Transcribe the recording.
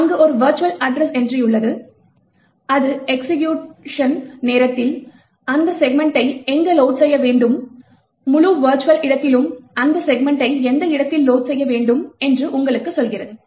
அங்கு ஒரு virtual address entry உள்ளது இது எக்சிகியூஷன் நேரத்தில் அந்த செக்மென்ட்டை எங்கு லோட் செய்ய வேண்டும் முழு வெர்ச்சுவல் இடத்திலும் அந்த செக்மென்ட்டை எந்த இடத்தில் லோட் செய்ய வேண்டும் என்று உங்களுக்கு சொல்கிறது